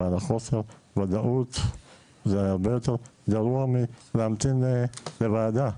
אבל חוסר הוודאות זה הרבה יותר גרוע מלהמתין לוועדה.